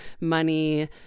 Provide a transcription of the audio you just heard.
money